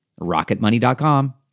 rocketmoney.com